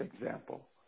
example